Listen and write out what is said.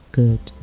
good